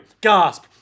gasp